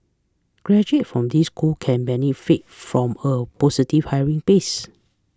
graduate from these school can benefit from a positive hiring bias